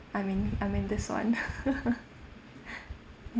I mean I mean this [one]